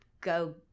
go